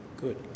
Good